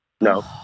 No